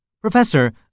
Professor